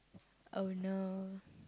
oh no